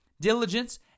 diligence